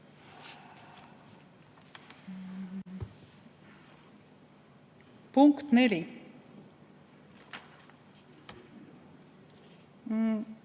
Punkt 4?